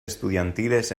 estudiantiles